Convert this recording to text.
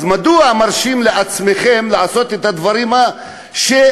אז מדוע אתם מרשים לעצמכם לעשות את הדברים שאתם